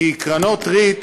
כי קרנות ריט,